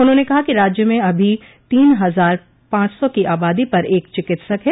उन्होंने कहा कि राज्य में अभी तीन हजार पांच सौ की आबादी पर एक चिकित्सक है